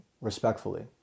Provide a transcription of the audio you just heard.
respectfully